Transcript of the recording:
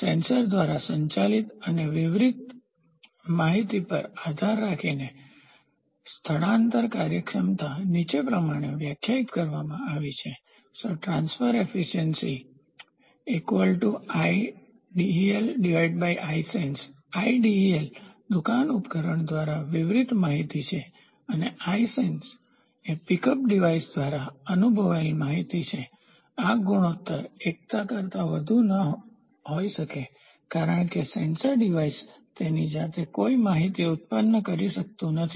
sensor દ્વારા સંવેદિત અને વિતરિત માહિતી પર આધાર રાખીને સ્થાનાંતર કાર્યક્ષમતા નીચે પ્રમાણે વ્યાખ્યાયિત કરવામાં આવી છે ટ્રાન્સફર કાર્યક્ષમતા IdelIsen Idel દુકાન ઉપકરણ દ્વારા વિતરિત માહિતી છે અને Isen પીકઅપ ડિવાઇસ દ્વારા અનુભવાયેલ માહિતી છે આ ગુણોત્તર એકતા કરતાં વધુ ન હોઈ શકે કારણ કે સેન્સર ડિવાઇસ તેની જાતે કોઈ માહિતી ઉત્પન્ન કરી શકતું નથી